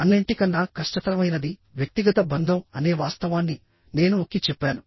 అన్నింటికన్నా కష్టతరమైనది వ్యక్తిగత బంధం అనే వాస్తవాన్ని నేను నొక్కి చెప్పాను